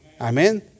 Amen